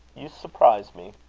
you surprise me.